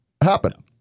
happen